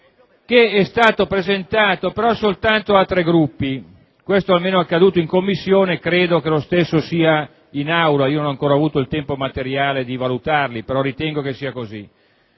emendamenti, presentati però soltanto da tre Gruppi (questo, almeno, è accaduto in Commissione, e credo che lo stesso accadrà in Aula: non ho ancora avuto il tempo materiale di valutarlo, ma ritengo che sia così).